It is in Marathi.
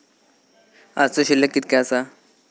आजचो शिल्लक कीतक्या आसा?